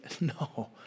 No